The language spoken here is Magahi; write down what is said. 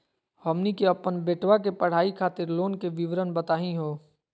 हमनी के अपन बेटवा के पढाई खातीर लोन के विवरण बताही हो?